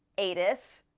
atus!